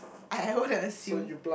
I don't want to assume